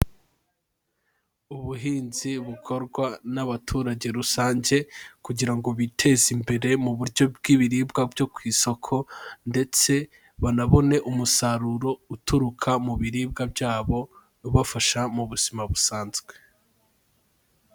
Ubuhinzi bukorwa n'abaturage rusange, kugira ngo biteze imbere, mu buryo bw'ibiribwa byo ku isoko, ndetse banabone umusaruro uturuka mu biribwa byabo, ubafasha mu buzima busanzwe.